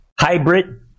hybrid